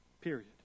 Period